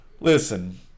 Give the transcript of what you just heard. listen